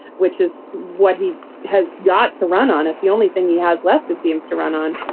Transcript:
which is what he has got to run on us. the only thing he has left and seems to run on,